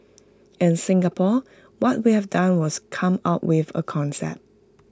in Singapore what we have done was come up with A concept